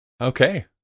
Okay